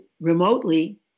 remotely